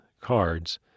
cards